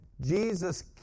Jesus